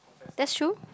that's true